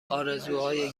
آرزوهای